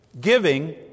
giving